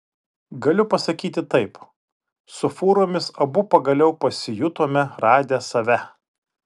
galiu pasakyti taip su fūromis abu pagaliau pasijutome radę save